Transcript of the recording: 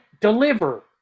deliver